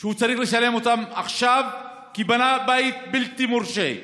שהוא צריך לשלם אותם עכשיו כי בנה בית בלתי מורשה,